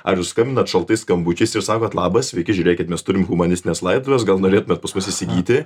ar jūs skambinat šaltais skambučiais ir sakot labas sveiki žiūrėkit mes turim humanistines laidotuves gal norėtumėt pas mus įsigyti